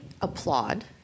applaud